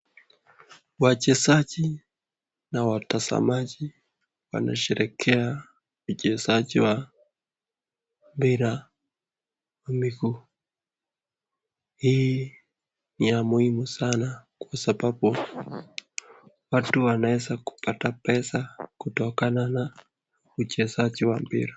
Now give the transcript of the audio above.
Wachezaji na watazamaji wanasherekea uchezaji wa mpira wa mguu. Hii ni ya muhimu sana kwasababu watu wanaweza kupata pesa kutokana na uchezaji wa mpira.